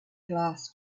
glass